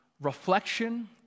reflection